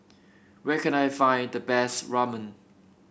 where can I find the best Ramen